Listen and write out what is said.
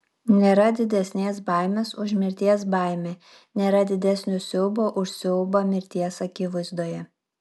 nėra didesnės baimės už mirties baimę nėra didesnio siaubo už siaubą mirties akivaizdoje